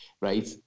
Right